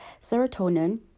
serotonin